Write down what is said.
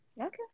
Okay